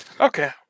Okay